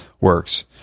works